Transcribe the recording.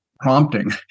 prompting